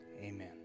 Amen